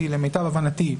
למיטב הבנתי,